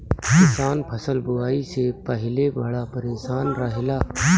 किसान फसल बुआई से पहिले बड़ा परेशान रहेला